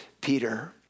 Peter